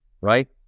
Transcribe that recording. right